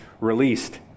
released